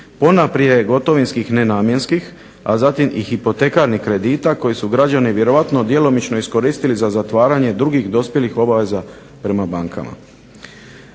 poglavito gotovinskih nenamjenskih a zatim i hipotekarnih kredita koje su građani vjerojatno djelomično iskoristili za zatvaranje drugih dospjelih obaveza prema bankama.